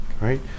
right